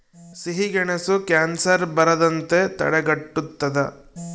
ಸಿಹಿಗೆಣಸು ಕ್ಯಾನ್ಸರ್ ಬರದಂತೆ ತಡೆಗಟ್ಟುತದ